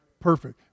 perfect